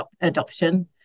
adoption